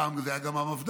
פעם זה היה גם המפד"ל,